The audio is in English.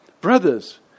Brothers